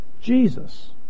Jesus